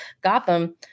Gotham